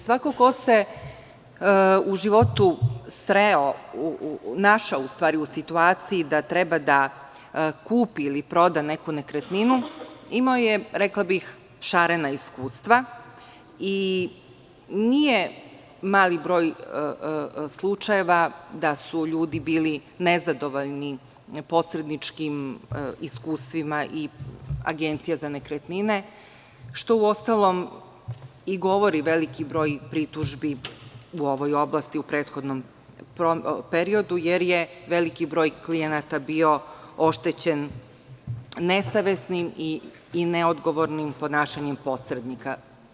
Svako ko se u životu našao u situaciji da treba da kupi ili proda neku nekretninu, imao je „šarena“ iskustva i nije mali broj slučajeva da su ljudi bili nezadovoljni posredničkim iskustvima agencija za nekretnine, što govori i veliki broj pritužbi u ovoj oblasti u prethodnom periodu, jer je veliki broj klijenata bio oštećen nesavesnim i neodgovornim ponašanjem posrednika.